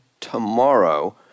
tomorrow